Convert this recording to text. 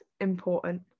important